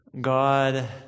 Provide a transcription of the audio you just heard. God